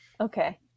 Okay